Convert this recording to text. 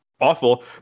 awful